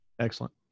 Excellent